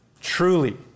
truly